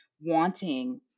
wanting